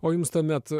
o jums tuomet